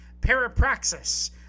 Parapraxis